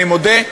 אני מודה,